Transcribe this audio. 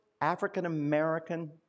African-American